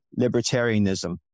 libertarianism